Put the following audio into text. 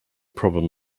problem